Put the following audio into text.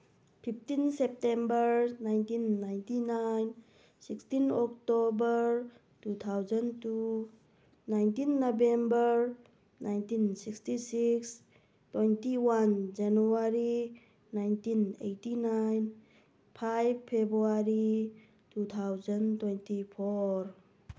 fifteen September nineteen ninety nine sixteen October two thousand two nineteen November nineteen sixty six twenty one January nineteen eighty nine five February two thousand twenty four